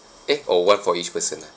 eight or one for each person ah